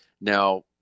Now